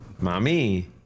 mommy